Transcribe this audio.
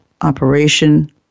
operation